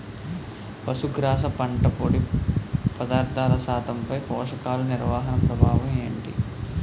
పశుగ్రాస పంట పొడి పదార్థాల శాతంపై పోషకాలు నిర్వహణ ప్రభావం ఏమిటి?